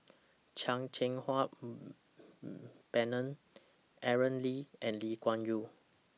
Chan Cheng Wah Bernard Aaron Lee and Lee Kuan Yew